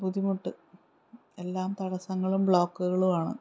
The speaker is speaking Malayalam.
ബുദ്ധിമുട്ട് എല്ലാം തടസ്സങ്ങളും ബ്ലോക്കുകളും ആണ്